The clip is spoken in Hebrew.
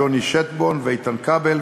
אני חושב שכן יש קו מקשר בין שני הדברים.